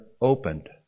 opened